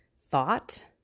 thought